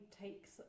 takes